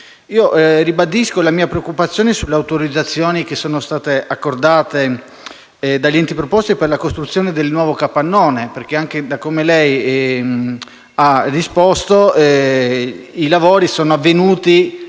Ribadisco la mia preoccupazione sulle autorizzazioni che sono state accordate dagli enti preposti per la costruzione del nuovo capannone, perché dalla sua risposta si evince che i lavori sono avvenuti